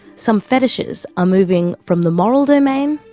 some fetishes are moving from the moral domain,